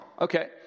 Okay